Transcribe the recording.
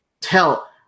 Tell